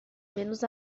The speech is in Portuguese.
menos